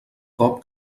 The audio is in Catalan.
cop